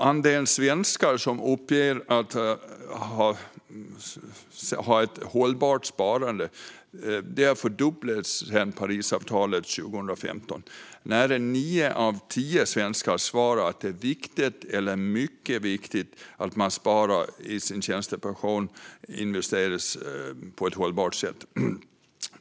Andelen svenskar som uppger sig ha ett hållbart sparande har fördubblats sedan Parisavtalet 2015. Nära nio av tio svenskar svarar att det är viktigt eller mycket viktigt att de pengar man sparar till sin tjänstepension investeras på ett hållbart sätt.